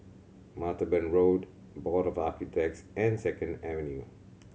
Martaban Road Board of Architects and Second Avenue